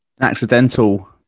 accidental